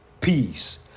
peace